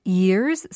years